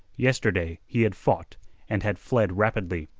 yesterday he had fought and had fled rapidly.